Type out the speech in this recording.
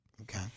Okay